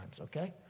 okay